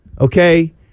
okay